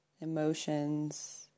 emotions